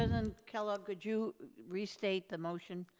and and kellogg, could you restate the motion,